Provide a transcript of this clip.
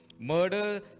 murder